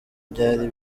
byari